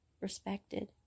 respected